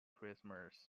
christmas